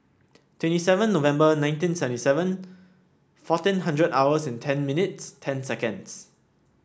twenty seven November nineteen seventy seven fourteen hundred hours and ten minutes ten seconds